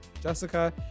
jessica